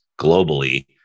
globally